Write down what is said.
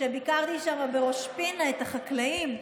כשביקרתי בראש פינה את החקלאים,